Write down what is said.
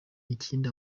ikindi